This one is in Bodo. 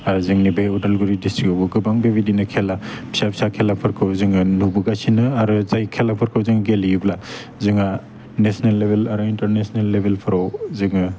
आरो जोंनि बे उदालगुरि डिस्ट्रिक्टआवबो गोबां बेबाायदिनो खेला फिसा फिसा खेलाफोरखौ जोङो नुबोगासिनो आरो जाय खेलाफोरखौ जों गेलेयोब्ला जोंहा नेशनेल लेभेल आरो इन्टारनेशनेल लेभेलफ्राव जोङो